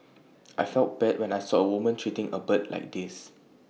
I felt bad when I saw A woman treating A bird like this